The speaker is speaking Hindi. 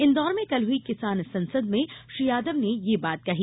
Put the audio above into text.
इंदौर में कल हुई किसान संसद में श्री यादव ने यह बात कही